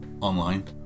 online